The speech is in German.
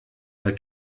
bei